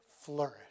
flourish